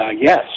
yes